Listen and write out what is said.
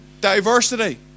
diversity